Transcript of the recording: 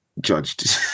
judged